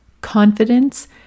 Confidence